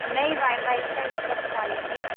نہیں wifi کا ہی پریشانی تھی